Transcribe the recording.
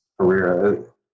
career